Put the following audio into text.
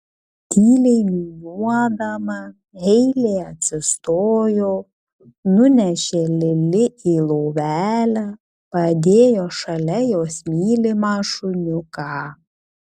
tyliai niūniuodama heilė atsistojo nunešė lili į lovelę padėjo šalia jos mylimą šuniuką